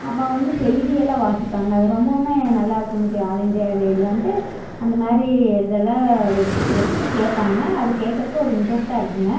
அப்போ வந்து செய்தியெல்லாம் வாசிப்பாங்க அது ரொம்பவுமே நல்லா இருக்குங் ஆல் இந்தியா ரேடியோன்ட்டு அந்த மாதிரி இதெலாம் வச் வச்சு கேட்பாங்க அது கேட்குறக்கு ஒரு இன்ட்ரெஸ்ட்டாக இருக்குங்க